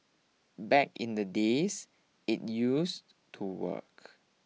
back in the days it used to work